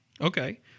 Okay